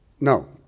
No